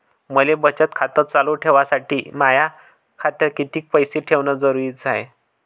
मले बचत खातं चालू ठेवासाठी माया खात्यात कितीक पैसे ठेवण जरुरीच हाय?